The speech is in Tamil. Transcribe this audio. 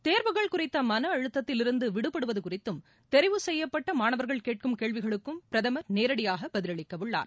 தேர்வுகள் குறித்தமனஅழுத்தத்திலிருந்துவிடுபடுவதுகுறித்தும்தெரிவு செய்யப்பட்டமாணவர்கள் கேட்கும் கேள்விகளுக்கும்பிரதமர் நேரடியாகபதிலளிக்கவுள்ளார்